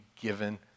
given